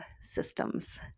systems